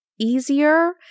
easier